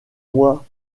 moi